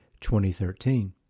2013